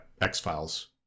X-Files